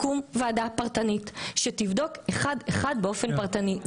תקום ועדה פרטנית שתבדוק אחד-אחד באופן פרטני.